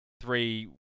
three